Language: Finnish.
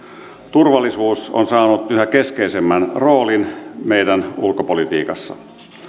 turvallisuus on saanut yhä keskeisemmän roolin meidän ulkopolitiikassamme